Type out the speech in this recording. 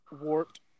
warped